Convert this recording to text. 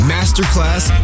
Masterclass